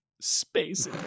space